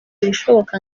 ibishoboka